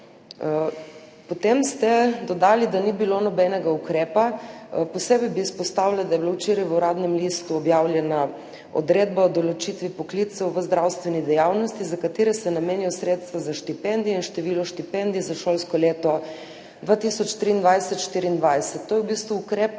Potem ste dodali, da ni bilo nobenega ukrepa. Posebej bi izpostavila, da je bila včeraj v Uradnem listu objavljena Odredba o določitvi poklicev v zdravstveni dejavnosti, za katere se namenijo sredstva za štipendije, in številu štipendij za šolsko leto 2023/2024. To je v bistvu ukrep,